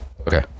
Okay